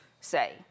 say